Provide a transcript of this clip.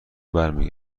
برمی